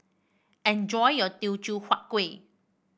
enjoy your Teochew Huat Kueh